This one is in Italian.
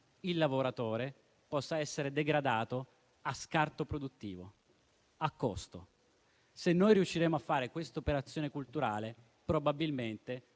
il lavoratore, possa essere degradato a scarto produttivo, a costo. Se noi riusciremo a fare quest'operazione culturale, probabilmente